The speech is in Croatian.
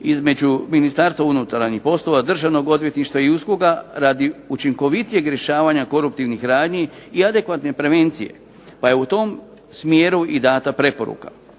između Ministarstva unutarnjih poslova, Državnog odvjetništva i USKOK-a radi učinkovitijeg rješavanja koruptivnih radnji i adekvatne prevencije, pa je u tom smjeru i dana preporuka.